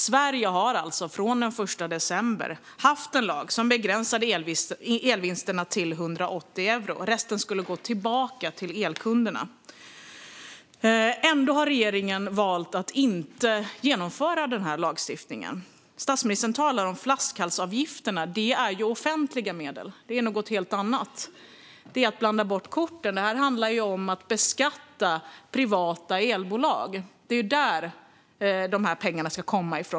Sverige har alltså från den 1 december haft en lag som begränsar elvinsterna till 180 euro. Resten skulle gå tillbaka till elkunderna. Ändå har regeringen valt att inte genomföra lagstiftningen. Statsministern talar om flaskhalsavgifterna. Det är offentliga medel. Det är något helt annat. Det är att blanda bort korten. Det här handlar om att beskatta privata elbolag. Det är där som pengarna ska komma ifrån.